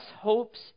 hopes